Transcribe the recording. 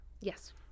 Yes